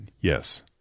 Yes